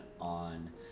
on